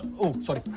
oh sorry.